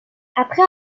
après